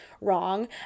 wrong